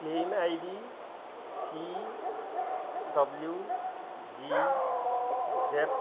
claim I D C W G Z